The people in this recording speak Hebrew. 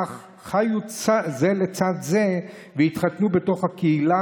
אך חיו זה לצד זה והתחתנו בתוך הקהילה,